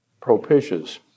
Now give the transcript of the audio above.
propitious